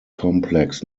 complex